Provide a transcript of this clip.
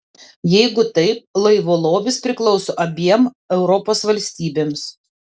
jeigu taip laivo lobis priklauso abiem europos valstybėms